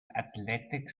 athletic